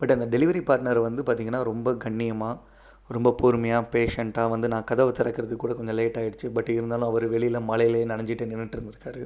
but அந்த delivery partner வந்து பார்த்தீங்கன்னா ரொம்ப கண்ணியமாக ரொம்ப பொறுமையாக பேஷண்ட்டாக வந்து நான் கதவை திறக்கறதுக்கு கூட கொஞ்சம் லேட்டாய்டுச்சு பட் இருந்தாலும் அவர் வெளியில மழைலே நனைஞ்சிட்டே நின்னுட்ருந்துருக்கார்